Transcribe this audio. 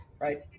right